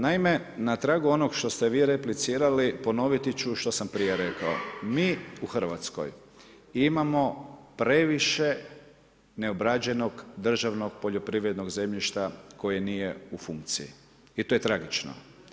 Naime, na tragu onog što ste vi replicirali ponoviti ću što sam prije rekao, mi u Hrvatskoj imamo previše neobrađenog državnog poljoprivrednog zemljišta koji nije u funkciji i to je tragično.